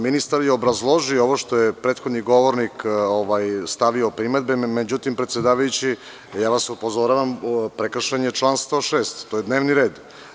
Ministar je obrazložio ovo što je prethodni govornik stavio primedbe, međutim predsedavajući, ja vas upozoravam, prekršen je član 106, to je dnevni red.